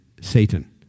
Satan